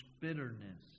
bitterness